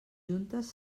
juntes